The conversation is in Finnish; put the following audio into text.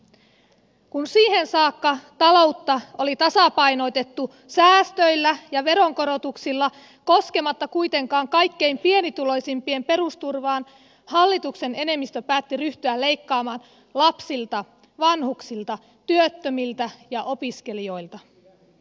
kun siihen saakka taloutta oli tasapainotettu säästöillä ja veronkorotuksilla koskematta kuitenkaan kaikkein pienituloisimpien perusturvaan silloin hallituksen enemmistö päätti ryhtyä leikkaamaan lapsilta vanhuksilta työttömiltä ja opiskelijoilta